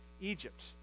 Egypt